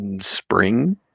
Spring